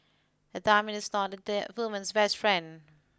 a diamond is not the woman's best friend